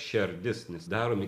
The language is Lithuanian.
šerdis nes daromi